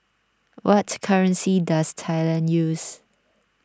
what currency does Thailand use